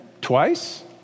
twice